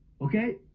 okay